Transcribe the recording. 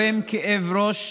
לפוליטיקה,